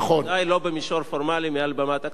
בוודאי לא במישור פורמלי מעל במת הכנסת.